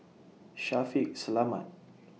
Shaffiq Selamat